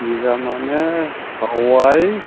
बिगा माने हावाइ